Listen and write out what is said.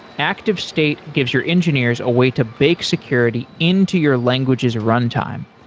activestate gives your engineers a way to bake security into your language's runtime.